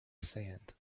sand